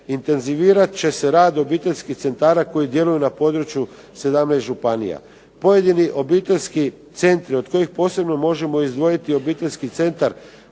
intenzivirat će se rad obiteljskih centara koji djeluju na području 17 županija. Pojedini obiteljski centri od kojih posebno možemo izdvojiti Obiteljski centar